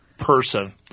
person